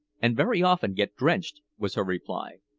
and very often get drenched, was her reply.